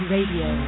Radio